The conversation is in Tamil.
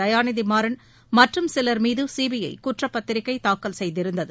தயாநிதிமாறன் மற்றும் சிலர் மீது சிபிஐ குற்றப்பத்திரிக்கை தாக்கல் செய்திருந்தது